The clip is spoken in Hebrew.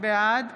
בעד